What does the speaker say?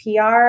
PR